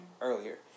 earlier